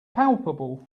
palpable